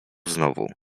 znowu